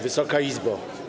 Wysoka Izbo!